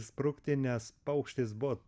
sprukti nes paukštis buvo